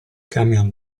camion